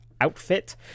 outfit